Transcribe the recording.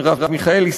מרב מיכאלי,